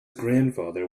grandfather